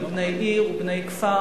ובני עיר ובני כפר,